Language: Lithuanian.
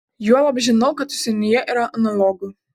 juolab žinau kad užsienyje yra analogų